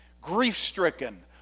grief-stricken